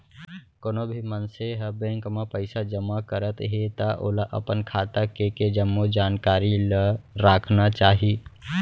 कोनो भी मनसे ह बेंक म पइसा जमा करत हे त ओला अपन खाता के के जम्मो जानकारी ल राखना चाही